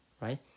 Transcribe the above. right